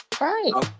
Right